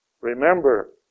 Remember